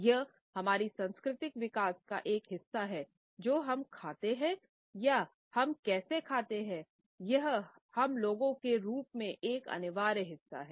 यह हमारी सांस्कृतिक विकास का एक हिस्सा है जो हम खाते हैं और हम कैसे खाते हैंयह हम लोगों के रूप में एक अनिवार्य हिस्सा हैं